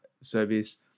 service